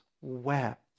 wept